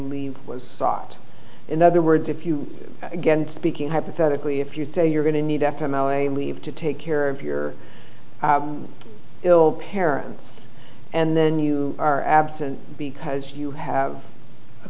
leave was stopped in other words if you again speaking hypothetically if you say you're going to need f m r i leave to take care of your ill parents and then you are absent because you have a